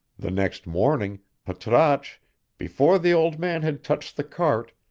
the next morning, patrasche, before the old man had touched the cart,